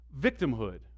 victimhood